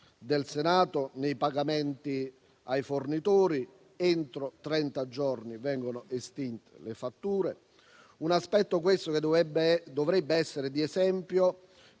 del Senato nei pagamenti ai fornitori. Entro trenta giorni vengono estinte le fatture, un aspetto - questo - che dovrebbe essere di esempio